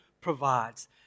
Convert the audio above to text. provides